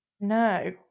No